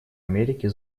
америки